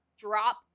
drop